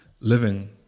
living